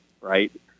right